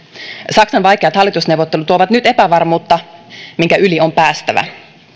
saksan vaikeat hallitusneuvottelut tuovat nyt epävarmuutta minkä yli on päästävä